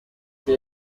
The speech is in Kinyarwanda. hari